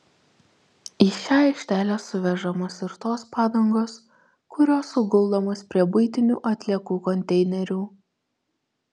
į šią aikštelę suvežamos ir tos padangos kurios suguldomos prie buitinių atliekų konteinerių